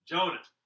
Jonah